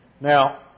Now